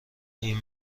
این